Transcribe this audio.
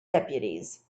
deputies